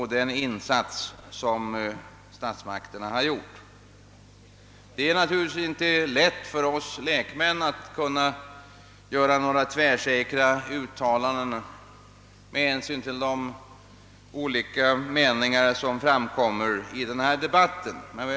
Det är naturligtvis inte lätt för oss lekmän att göra tvärsäkra uttalanden beträffande de olika meningar som framföres i denna debatt.